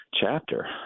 chapter